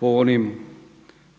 po onim